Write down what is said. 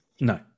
No